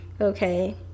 okay